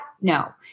no